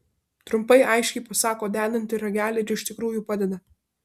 trumpai aiškiai pasako dedanti ragelį ir iš tikrųjų padeda